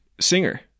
singer